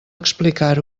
explicar